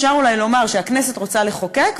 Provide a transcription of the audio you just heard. אפשר אולי לומר שהכנסת רוצה לחוקק,